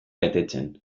betetzen